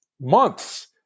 months